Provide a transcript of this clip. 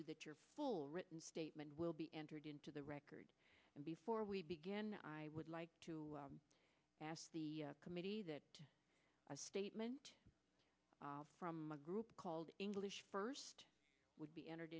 you that your full written statement will be entered into the record and before we begin i would like to ask the committee that a statement from a group called english first would be entered